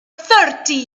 thirty